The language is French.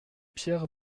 pierre